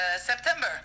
September